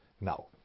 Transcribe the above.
Now